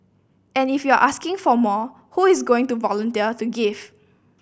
and if you are asking for more who is going to volunteer to give